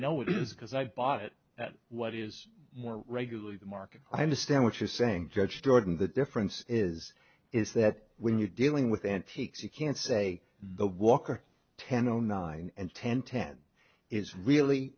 what it is because i bought it at what is more regular market i understand what you're saying judge jordan the difference is is that when you're dealing with antiques you can say the walker ten zero nine and ten ten is really